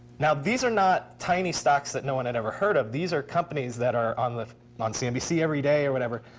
now, these are not tiny stocks that no one had ever heard of. these are companies that are on like on cnbc every day or whatever.